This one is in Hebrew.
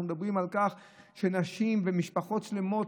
אנחנו מדברים על כך שנשים ומשפחות שלמות,